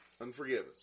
Unforgiven